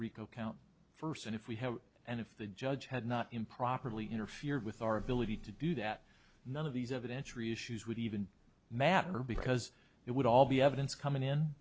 rico count first and if we have and if the judge had not improperly interfered with our ability to do that none of these evidentiary issues would even matter because it would all be evidence coming in